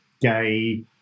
gay